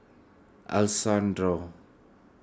Alessandro